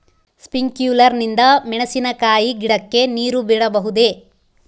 Sprinkler ನಿಂದ ಮೆಣಸಿನಕಾಯಿ ಗಿಡಕ್ಕೆ ನೇರು ಬಿಡಬಹುದೆ?